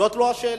זאת לא השאלה.